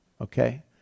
Okay